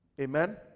Amen